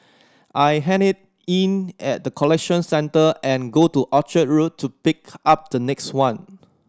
I hand it in at the collection centre and go to Orchard Road to pick up the next one